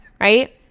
right